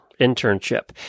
internship